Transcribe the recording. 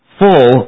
full